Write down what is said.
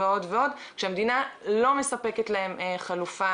כאשר בן אדם יש לו חוב,